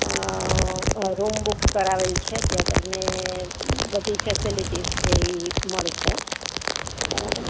રમ book કરાવેલ છે ત્યાં તમને બધી ફેસીલીટી છે ઈ મળશે બરાબર